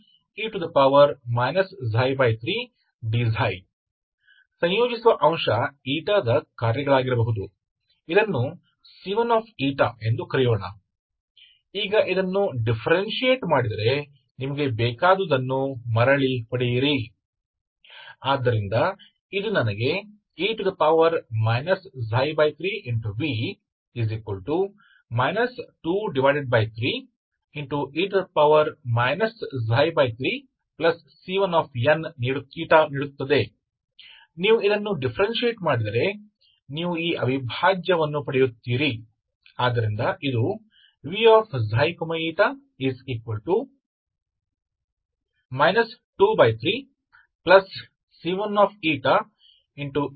तो यह वही है जो आपको मिलता है यह समीकरण है अब आप दोनों पक्षों को एकीकृत कर सकते हैं dξ e 3vdξ 29e 3dξ तो वह एकीकरण स्थिरांक क्या है जिसका कोई भी फंक्शन का हो सकता है ताकि मैं बुला रहा हूं C1ठीक है अगर आप डिफरेंटशीट करें अब आप वापस वही प्राप्त करें जो आप चाहते हैं यह ठीक है